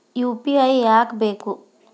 UPI ಯಾಕ್ ಬೇಕು?